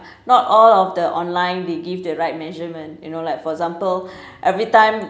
not all of the online they give the right measurement you know like for example everytime